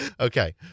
Okay